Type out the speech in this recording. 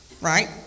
right